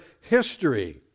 history